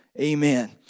Amen